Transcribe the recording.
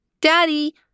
Daddy